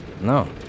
No